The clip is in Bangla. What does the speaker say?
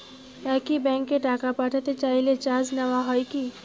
একই ব্যাংকে টাকা পাঠাতে চাইলে চার্জ নেওয়া হয় কি?